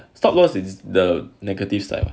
stop loss is the negative side